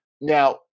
Now